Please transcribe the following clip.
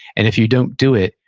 and if you don't do it,